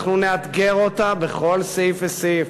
אנחנו נאתגר אותה בכל סעיף וסעיף.